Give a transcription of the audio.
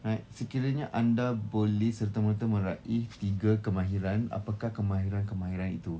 right sekiranya anda boleh serta-merta meraih tiga kemahiran apakah kemahiran-kemahiran itu